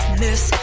miss